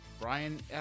Brian